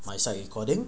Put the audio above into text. my side recording